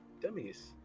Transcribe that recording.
dummies